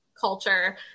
culture